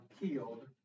killed